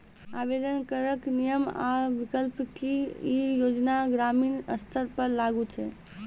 आवेदन करैक नियम आ विकल्प? की ई योजना ग्रामीण स्तर पर लागू छै?